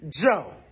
Joe